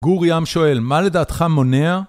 גור ים שואל מה לדעתך מונע?